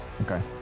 Okay